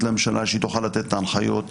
לממשלה שהיא תוכל לתת את ההנחיות,